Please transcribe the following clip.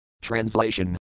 Translation